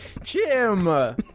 Jim